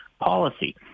policy